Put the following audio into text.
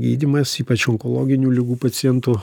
gydymas ypač onkologinių ligų pacientų